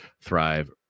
thrive